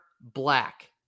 black